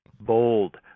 bold